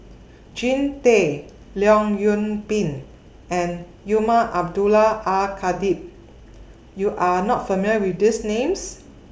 Jean Tay Leong Yoon Pin and Umar Abdullah Al Khatib YOU Are not familiar with These Names